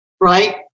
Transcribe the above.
right